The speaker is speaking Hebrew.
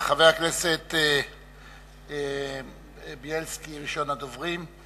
חבר הכנסת זאב בילסקי הוא ראשון הדוברים,